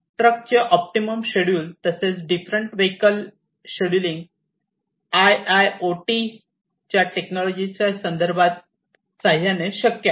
ट्रकचे optimum schedule तसेच different vehicles scheduling I I O T टेक्नॉलॉजीच्या सहाय्याने शक्य आहे